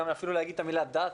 ואפילו להגיד את המילה "דת",